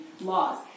laws